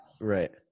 Right